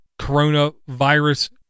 coronavirus